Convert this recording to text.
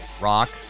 Rock